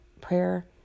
prayer